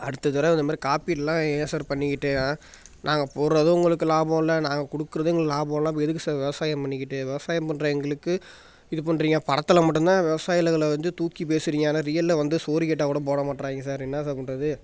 அடுத்தத் தடவ இந்த மாதிரி காப்பீடெலாம் ஏன் சார் பண்ணிக்கிட்டு நாங்கள் போடுறதும் உங்களுக்கு லாபமில்ல நாங்கள் கொடுக்குறதும் எங்களுக்கு லாபமில்ல அப்புறம் எதுக்கு சார் விவசாயம் பண்ணிக்கிட்டு விவசாயம் பண்ணுற எங்களுக்கு இது பண்ணுறீங்க படத்தில் மட்டும்தான் விவசாயிகளகளை வந்து தூக்கி பேசுகிறீங்க ஆனால் ரியலில் வந்து சோறு கேட்டால் கூட போட மாட்றாங்க சார் என்ன சார் பண்ணுறது